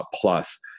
plus